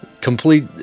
Complete